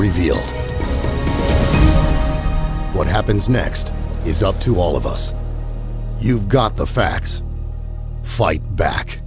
revealed what happens next is up to all of us you've got the facts fight back